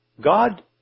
God